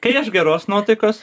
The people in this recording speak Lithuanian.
kai aš geros nuotaikos